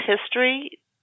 history